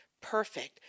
perfect